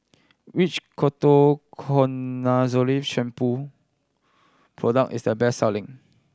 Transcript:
which Ketoconazole Shampoo product is the best selling